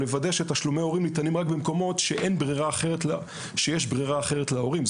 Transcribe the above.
יש לוודא שתשלומי הורים ניתנים רק במקומות שיש ברירה אחרת להורים.